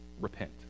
Repent